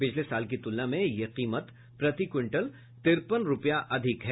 पिछले साल की तुलना में यह कीमत प्रति क्विंटल तिरपन रूपया अधिक है